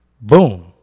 Boom